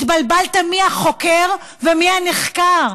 התבלבלתם, מי החוקר ומי הנחקר.